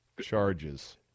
charges